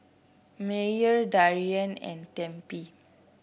Myer Darian and Tempie